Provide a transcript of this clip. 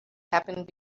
happened